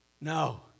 No